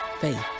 faith